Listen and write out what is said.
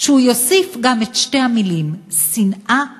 שהוא יוסיף גם את שתי המילים: "שנאה וגזענות".